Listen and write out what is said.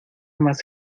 más